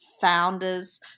founders